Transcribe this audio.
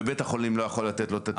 ובית החולים לא יכול לתת לו את הטיפול הזה?